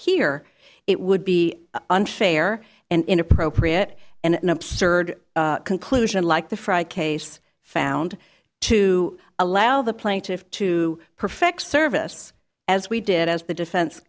here it would be unfair and inappropriate and an absurd conclusion like the frye case found to allow the plaintiffs to perfect service as we did as the defense